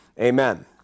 amen